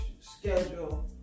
schedule